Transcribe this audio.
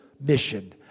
mission